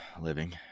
living